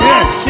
Yes